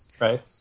Right